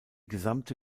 gesamte